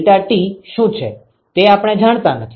delta T શું છે તે આપણે જાણતા નથી